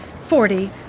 Forty